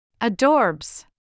Adorbs